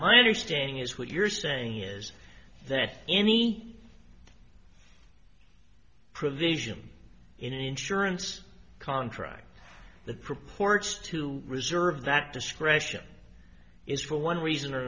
my understanding is what you're saying is that any provision in an insurance contract that purports to reserve that discretion is for one reason or